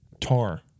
Tar